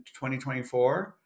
2024